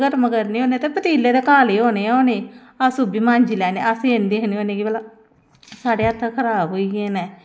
लेई जंदा ऐ ओह् बपारी फिर अस आपूं जे कंडे पर लेचै कुसै मजदूरे गी लानै पौंदा बोरियां भरने गी